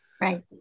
Right